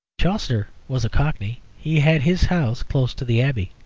chaucer was a cockney he had his house close to the abbey.